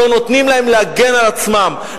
לא נותנים להם להגן על עצמם.